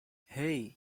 hey